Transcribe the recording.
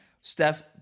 Steph